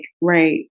right